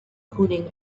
cooling